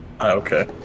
Okay